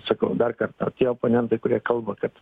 sakau dar kartą o tie oponentai kurie kalba kad